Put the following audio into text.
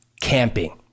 camping